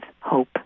hope